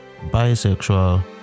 bisexual